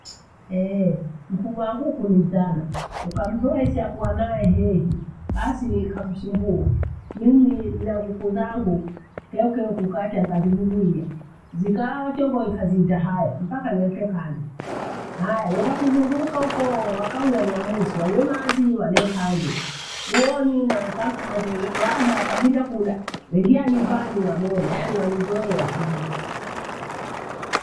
ehee! mfugua nguku ni mtana, ukamzoesha kuwa nae hehi basi ikakusumbua. Mimi nina nguku zangu kekeo kukacha nikazivugumia, zikala wachongo ikaziita hae mpaka niweke khande. Haya waenda kuzunguka ukoo wakauya niyamusia wemaziwa nekhande, uoni naweka nkhande we waada wakabinda kuda wengia nyumbani wagona yaani wanizoea kiivo